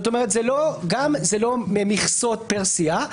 זה גם לא מכסות פר סיעה,